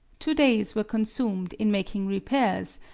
two days were consumed in making repairs,